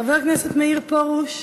חבר הכנסת מאיר פרוש.